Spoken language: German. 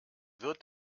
wird